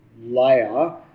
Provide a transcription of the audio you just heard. layer